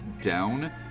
down